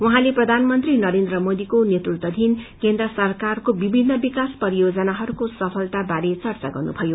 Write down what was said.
उहाँले प्रधानमन्त्री नरेन्द्र मोदीको नेतृत्वधीन केन्द्र सरकारको विभिन्न विकास परियोजनाहरूको सफलता बारे चर्चा गर्नुभयो